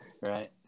Right